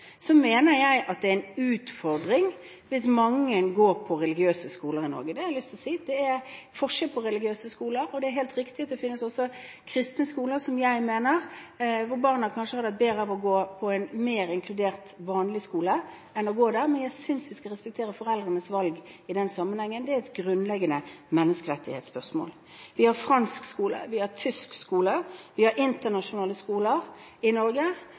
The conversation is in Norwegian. Så mener jeg at det er en utfordring hvis mange går på religiøse skoler i Norge. Det har jeg lyst til å si. Det er forskjell på religiøse skoler. Og det er helt riktig at det også finnes kristne skoler der jeg mener barna kanskje hadde hatt bedre av å gå på en mer inkluderende vanlig skole enn å gå der, men jeg synes vi skal respektere foreldrenes valg i den sammenhengen. Det er et grunnleggende menneskerettighetsspørsmål. Vi har fransk skole, vi har tysk skole, og vi har internasjonale skoler i Norge